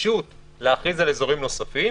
גמישות להכריז על אזורים נוספים,